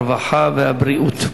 הרווחה והבריאות נתקבלה.